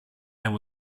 and